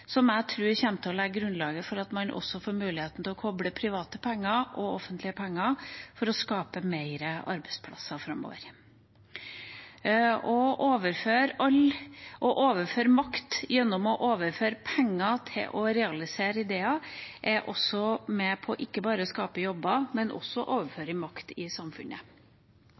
jeg tror kommer til å legge grunnlaget for at man også får muligheten til å koble private penger og offentlige penger for å skape flere arbeidsplasser framover. Å overføre makt gjennom å overføre penger til å realisere ideer er ikke bare med på å skape jobber, men også til å overføre makt i samfunnet.